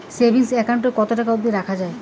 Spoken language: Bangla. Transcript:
সেভিংস একাউন্ট এ কতো টাকা অব্দি রাখা যায়?